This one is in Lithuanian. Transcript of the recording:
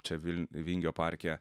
čia vil vingio parke